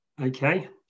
Okay